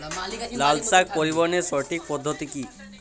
লালশাক পরিবহনের সঠিক পদ্ধতি কি?